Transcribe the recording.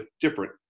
different